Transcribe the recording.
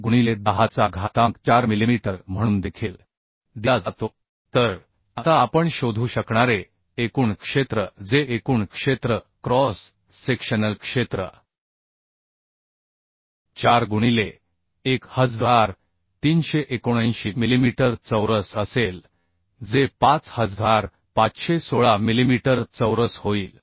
2 गुणिले 10 ते शक्ती 4 मिलिमीटर ते शक्ती 4 शक्ती 4 तर आता आपण शोधू शकणारे एकूण क्षेत्रफळ जे एकूण क्षेत्रफळ क्रॉस सेक्शनल क्षेत्र 4 गुणिले 1379 मिलिमीटर चौरस असेल जे 5516 मिलिमीटर चौरस होईल